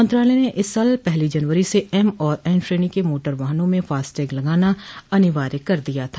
मंत्रालय ने इस साल पहली जनवरी से एम और एन श्रेणी के मोटर वाहनों में फास्टैग लगाना अनिवार्य कर दिया था